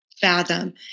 fathom